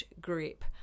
grip